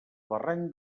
barranc